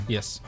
Yes